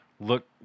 look